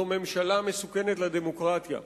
זאת ממשלה מסוכנת לדמוקרטיה.